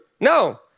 No